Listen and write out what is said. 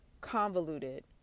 convoluted